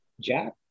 Jack